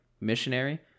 missionary